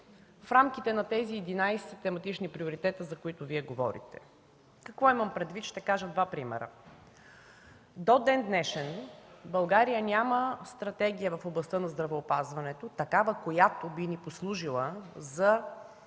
в рамките на тези 11 тематични приоритета, за които Вие говорите. Какво имам предвид? Ще кажа два примера. До ден-днешен България няма стратегия в областта на здравеопазването, която би ни послужила за